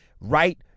right